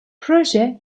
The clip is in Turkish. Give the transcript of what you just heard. proje